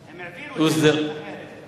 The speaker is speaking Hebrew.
הם העבירו את זה לרשות אחרת.